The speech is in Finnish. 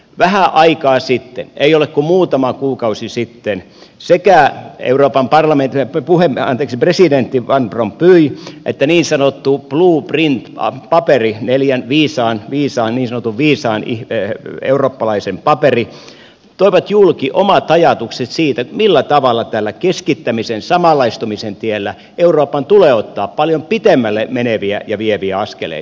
vähän aikaa sitten ei ole kuin muutama kuukausi siitä sekä euroopan parlamentin presidentti van rompuy että niin sanottu blue print paperi neljän niin sanotun viisaan eurooppalaisen paperi toivat julki omat ajatuksensa siitä millä tavalla tällä keskittämisen samanlaistumisen tiellä euroopan tulee ottaa paljon pitemmälle meneviä ja vieviä askeleita